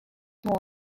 more